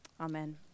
Amen